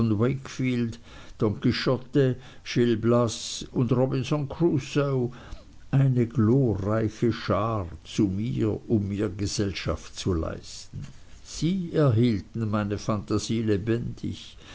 blas und robinson crusoe eine glorreiche schar zu mir um mir gesellschaft zu leisten sie erhielten meine phantasie lebendig